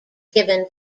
given